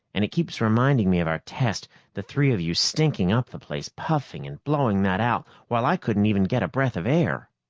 and it keeps reminding me of our test the three of you stinking up the place, puffing and blowing that out, while i couldn't even get a breath of air.